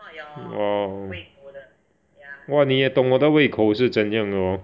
!wow! !wah! 你也懂我的胃口是怎样的 hor